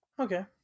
Okay